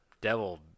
Devil